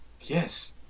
Yes